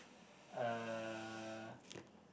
uh